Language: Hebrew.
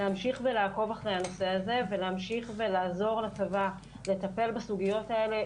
להמשיך ולעקוב אחרי הנושא הזה ולהמשיך ולעזור לצבא לטפל בסוגיות האלה.